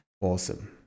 Awesome